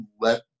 let